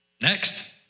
Next